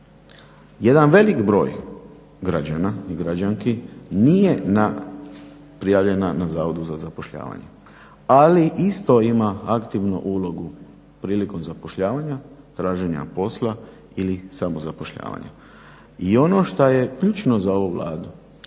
Jedan veliki broj građana i građanki nije prijavljen na Zavodu za zapošljavanje, ali isto ima aktivnu ulogu prilikom zapošljavanja i traženja posla ili samozapošljavanja. I ono što je ključno za ovu Vladu,